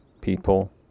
people